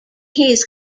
his